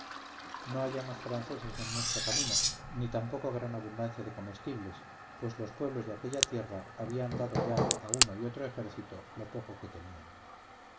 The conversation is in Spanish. no hallamos franceses en nuestro camino ni tampoco gran abundancia de comestibles pues los pueblos de aquella tierra habían dado ya a uno y otro ejército lo poco que tenían